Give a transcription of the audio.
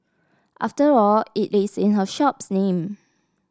after all it is in her shop's name